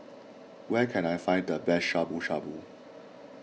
where can I find the best Shabu Shabu